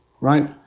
right